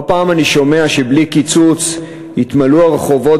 לא פעם אני שומע שבלי קיצוץ יתמלאו הרחובות